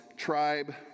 Tribe